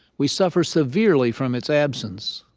we suffer severely from its absence.